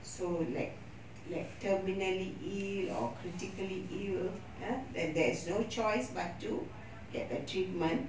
so like like terminally ill or critically ill uh and there is no choice but to get a treatment